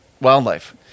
wildlife